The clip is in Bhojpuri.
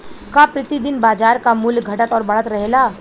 का प्रति दिन बाजार क मूल्य घटत और बढ़त रहेला?